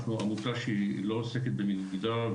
אנחנו עמותה שלא עוסקת במגדר,